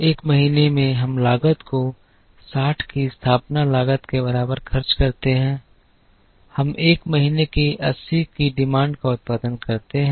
एक महीने में हम लागत को 60 की स्थापना लागत के बराबर खर्च करते हैं हम एक महीने की 80 की मांग का उत्पादन करते हैं